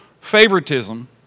favoritism